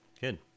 Good